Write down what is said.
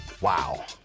wow